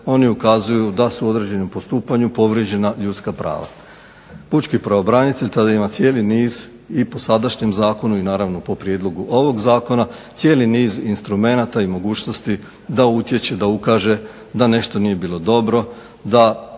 oni ukazuju da su u određenom postupanju povrijeđena ljudska prava. Pučki pravobranitelj tada ima cijeli niz i po sadašnjem zakonu i naravno po prijedlogu ovog zakona cijeli niz instrumenata i mogućnosti da utječe da ukaže da nešto nije bilo dobro, da